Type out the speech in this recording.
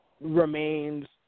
remains